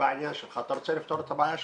בעניין שלך אתה רוצה לפתור את הבעיה שלך,